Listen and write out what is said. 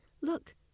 look